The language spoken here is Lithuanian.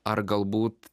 ar galbūt